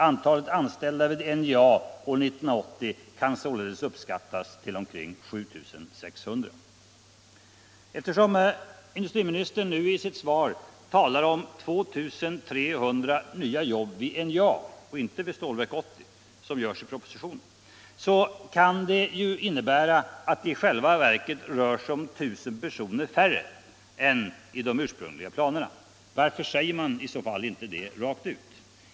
Antalet anställda vid NJA år 1980 kan således uppskattas till omkring 7 600.” Eftersom industriministern i sitt svar talar om 2 300 nya jobb vid NJA och inte vid Stålverk 80 som det talas om i propositionen, kan detta innebära att det i själva verket rör sig om 1 000 personer färre än i de ursprungliga planerna. Varför säger man i så fall inte det rakt ut?